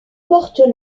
porte